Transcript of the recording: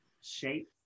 shape